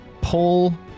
pull